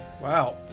Wow